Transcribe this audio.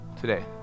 Today